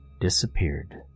Disappeared